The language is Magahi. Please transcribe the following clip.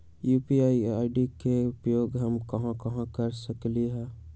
यू.पी.आई आई.डी के उपयोग हम कहां कहां कर सकली ह?